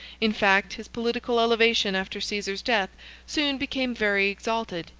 in fact, his political elevation after caesar's death soon became very exalted,